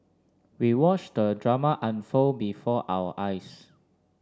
we watched the drama unfold before our eyes